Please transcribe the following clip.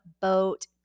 boat